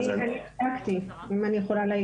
למה?